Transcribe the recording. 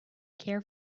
care